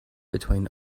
between